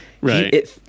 right